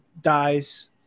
dies